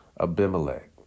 Abimelech